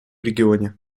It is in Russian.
регионе